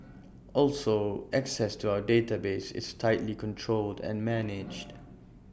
also access to our database is tightly controlled and managed